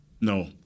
no